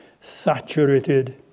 saturated